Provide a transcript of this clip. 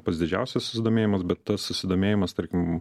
pats didžiausias susidomėjimas bet tas susidomėjimas tarkim